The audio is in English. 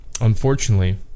unfortunately